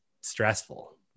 stressful